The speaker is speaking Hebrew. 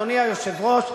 אדוני היושב-ראש,